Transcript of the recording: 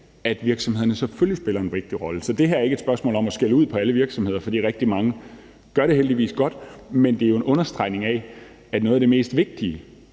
af, virksomhederne selvfølgelig spiller en vigtig rolle. Så det er ikke et spørgsmål om at skælde ud på alle virksomheder, for rigtig mange gør det heldigvis godt. Men vi bruger jo rigtig mange timer af vores liv